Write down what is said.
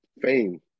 fame